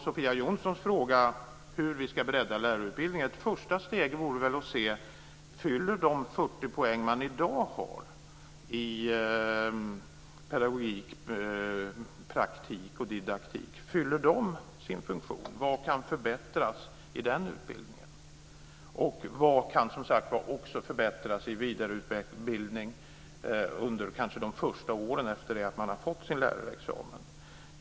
Sofia Jonsson frågade hur vi ska bredda lärarutbildningen. Ett första steg vore väl att se om de 40 poäng som man i dag har i pedagogik, praktik och didaktik fyller sin funktion. Vad kan förbättras i den utbildningen, och vad kan förbättras när det gäller vidareutbildning under de första åren efter det att man har fått sin lärarexamen?